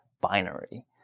binary